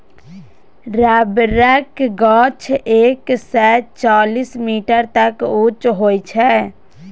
रबरक गाछ एक सय चालीस मीटर तक उँच होइ छै